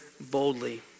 boldly